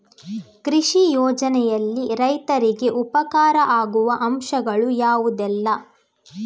ಕೃಷಿ ಯೋಜನೆಯಲ್ಲಿ ರೈತರಿಗೆ ಉಪಕಾರ ಆಗುವ ಅಂಶಗಳು ಯಾವುದೆಲ್ಲ?